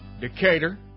Decatur